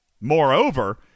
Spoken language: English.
moreover